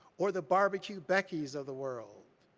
or the barbecue beckies of the world,